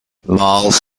miles